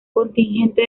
contingente